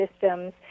systems